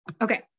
Okay